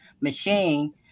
machine